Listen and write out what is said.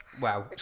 Wow